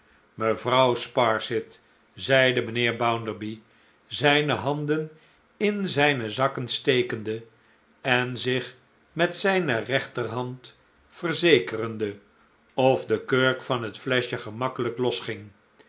mevrouw sparsit zeide mijnheer bounderby zijne handen in zijne zakken stekende en zich met zijne rechterhand verzekerende of de kurk van het fleschje gemakkelijk losging